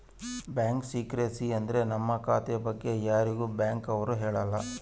bank secrecy ಅಂದ್ರ ನಮ್ ಖಾತೆ ಬಗ್ಗೆ ಯಾರಿಗೂ ಬ್ಯಾಂಕ್ ಅವ್ರು ಹೇಳಲ್ಲ